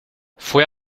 fue